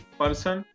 person